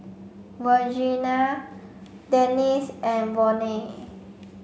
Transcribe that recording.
Virginia Dennis and Volney